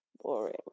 boring